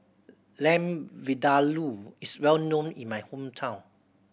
Lamb Vindaloo is well known in my hometown